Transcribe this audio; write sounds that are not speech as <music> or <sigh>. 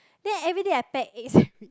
then every day I pack eggs <laughs>